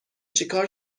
چیکار